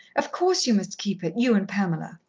of course, you must keep it you and pamela.